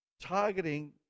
Targeting